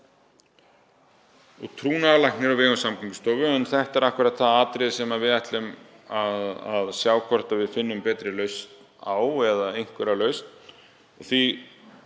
um trúnaðarlækni á vegum Samgöngustofu. Þetta er akkúrat atriðið sem við ætlum að sjá hvort við finnum betri lausn á eða einhverja lausn. Því